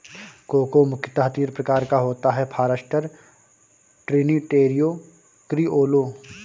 cocoa मुख्यतः तीन प्रकार का होता है फारास्टर, ट्रिनिटेरियो, क्रिओलो